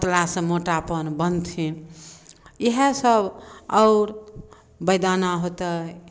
पतला से मोटापन बनथिन इएह सभ आओर बैदाना होतै